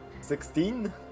Sixteen